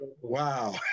Wow